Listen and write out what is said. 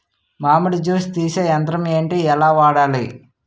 మామిడి జూస్ తీసే యంత్రం ఏంటి? ఎలా వాడాలి?